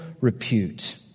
repute